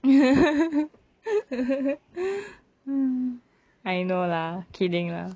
I know lah kidding lah